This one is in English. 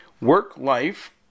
work-life